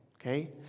okay